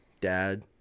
dad